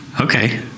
Okay